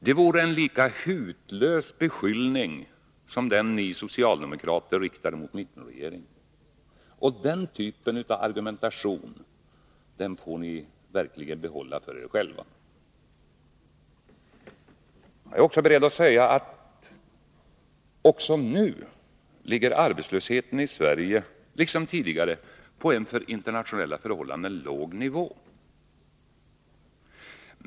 Det vore en lika hutlös beskyllning som den som ni socialdemokrater riktade mot mittenregeringen. Den typen av argumentation får ni verkligen behålla för er själva. Jag är också beredd att säga att arbetslösheten i Sverige också nu, liksom tidigare, ligger på en för internationella förhållanden låg nivå.